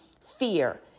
fear